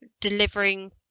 delivering